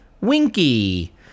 Winky